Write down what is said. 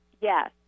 Yes